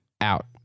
Out